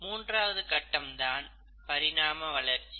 மூன்றாவது கட்டம் தான் பரிணாம வளர்ச்சி